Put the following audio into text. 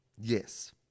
Yes